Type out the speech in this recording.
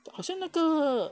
好像那个